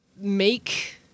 make